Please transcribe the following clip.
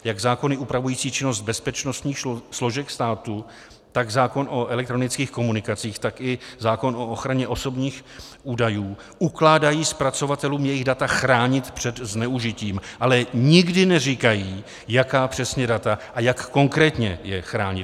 Jak zákony upravující činnost bezpečnostních složek státu, tak zákon o elektronických komunikacích, tak i zákon o ochraně osobních údajů ukládají zpracovatelům jejich data chránit před zneužitím, ale nikdy neříkají, jaká přesně data a jak konkrétně je chránit.